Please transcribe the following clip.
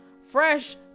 Fresh